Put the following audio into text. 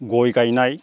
गय गायनाय